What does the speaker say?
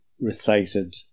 recited